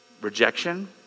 rejection